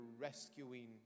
rescuing